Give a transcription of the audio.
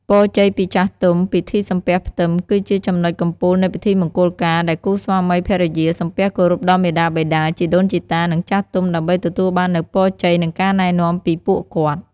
ពរជ័យពីចាស់ទុំ ពិធីសំពះផ្ទឹម គឺជាចំណុចកំពូលនៃពិធីមង្គលការ ដែលគូស្វាមីភរិយាសំពះគោរពដល់មាតាបិតា ជីដូនជីតា និងចាស់ទុំ ដើម្បីទទួលបាននូវពរជ័យ និងការណែនាំពីពួកគាត់។